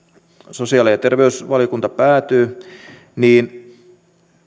sosiaali ja terveysvaliokunta päätyy niin